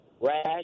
rash